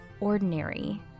ordinary